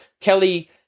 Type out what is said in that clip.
Kelly